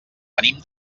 venim